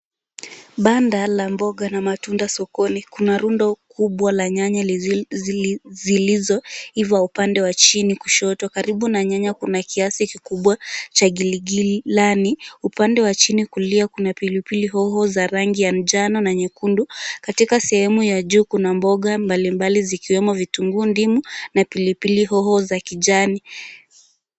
Banda la mboga na matunda sokoni. Kuna rundo kubwa la nyanya zilizo iva upande wa chini kushoto. Karibu na nyanya kuna kiasi kikubwa cha giligilani, upande wa chini kulia kuna pilipili hoho za rangi ya njano na nyekundu. Katika sehemu ya juu kuna mboga mbalimbali, zikiwemo vitunguu, ndimu, na pilipili hoho za kijani.